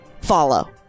Follow